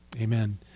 Amen